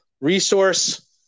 resource